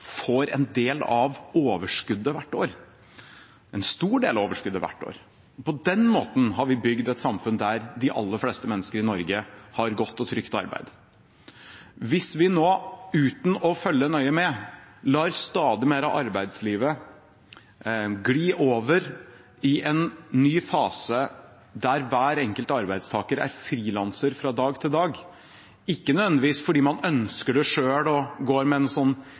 får en del av overskuddet hvert år – en stor del av overskuddet hvert år. På den måten har vi bygd et samfunn der de aller fleste mennesker i Norge har et godt og trygt arbeid. Hvis vi nå uten å følge nøye med lar stadig mer av arbeidslivet gli over i en ny fase der hver enkelt arbeidstaker er frilanser fra dag til dag – ikke nødvendigvis fordi man ønsker det selv og går med en